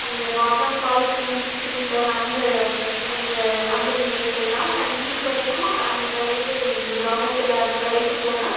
அந்தப் பாதாம் பால் க்ரீம் க்ரீம் பன் அந்த அந்த அந்த நினைவுகள் தான் நான் இன்றைக்கு வரைக்கும் க அந்தக் கடைக்கு எங்கள் கிராமத்தில் அந்தக் கடைக்குப் போனால்